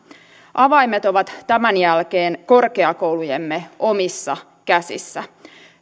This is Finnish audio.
avaimet ovat tämän jälkeen korkeakoulujemme omissa käsissä